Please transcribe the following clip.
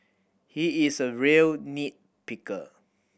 he is a real nit picker